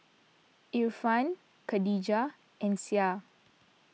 Irfan Khadija and Syah